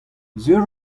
sur